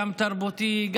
גם תרבותי,